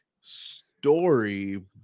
story